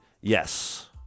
yes